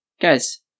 Guys